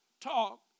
talk